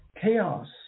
Chaos